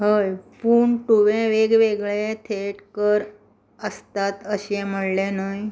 हय पूण तुवें वेगवेगळे थेट कर आसतात अशें म्हणलें न्हय